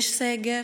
יש סגר,